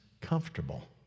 comfortable